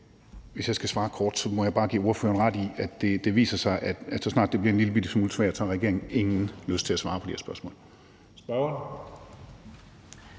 Hvis jeg skal svare kort, må jeg bare give ordføreren ret i, at det viser sig, at så snart det bliver en lille smule svært, har regeringen ingen lyst til at svare på de her spørgsmål.